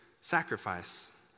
sacrifice